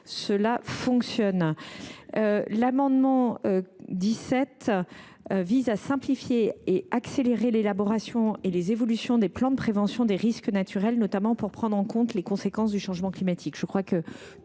tout fonctionne. L’amendement n° 17 vise à simplifier et à accélérer l’élaboration et les évolutions des plans de prévention des risques naturels (PPRN), notamment pour prendre en compte les conséquences du changement climatique.